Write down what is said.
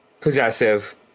possessive